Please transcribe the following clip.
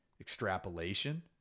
extrapolation